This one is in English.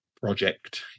project